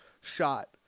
shot